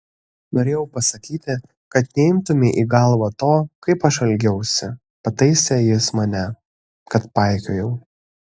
norėjau pasakyti kad neimtumei į galvą to kaip aš elgiausi pataisė jis mane kad paikiojau